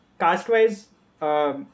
cast-wise